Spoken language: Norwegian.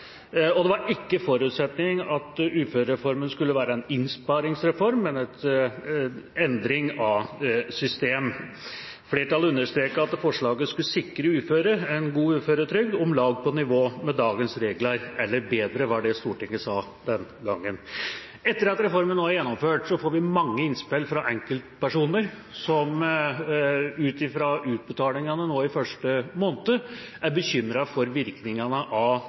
og det var ikke forutsetningen at uførereformen skulle være en innsparingsreform, men en endring av system. Flertallet understreket at forslaget skulle sikre uføre en god uføretrygd – om lag på nivå med dagens regler eller bedre, var det Stortinget sa den gangen. Etter at reformen nå er gjennomført, får vi mange innspill fra enkeltpersoner som ut fra utbetalingene nå i første måned er bekymret for virkningene av